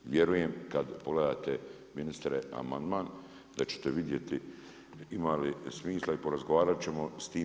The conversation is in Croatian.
Vjerujem kad pogledate ministre amandman, da ćete vidjeti ima li smisla i porazgovarati ćemo s tim.